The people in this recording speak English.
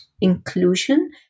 inclusion